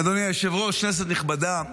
אדוני היושב-ראש, כנסת נכבדה.